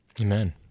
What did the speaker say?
Amen